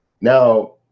now